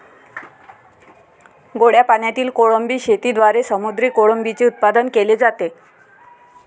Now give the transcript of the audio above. गोड्या पाण्यातील कोळंबी शेतीद्वारे समुद्री कोळंबीचे उत्पादन केले जाते